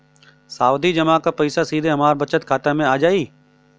सावधि जमा क पैसा सीधे हमरे बचत खाता मे आ जाई?